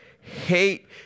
hate